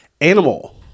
Animal